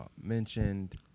mentioned